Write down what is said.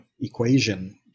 equation